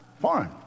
Foreign